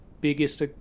biggest